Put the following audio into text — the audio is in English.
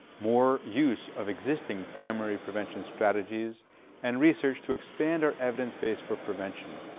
more use of existing primary prevention strategies and research to expand our evidence base for prevention.